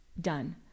Done